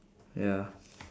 ya